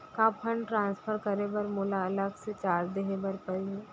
का fund transfer करे बर मोला अलग से चार्ज देहे बर परही?